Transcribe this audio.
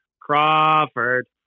Crawford